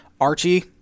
Archie